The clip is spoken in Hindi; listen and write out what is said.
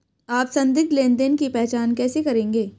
आप संदिग्ध लेनदेन की पहचान कैसे करेंगे?